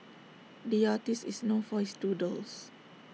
the artist is known for his doodles